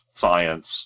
science